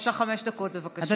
יש לך חמש דקות, בבקשה.